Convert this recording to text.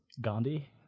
Gandhi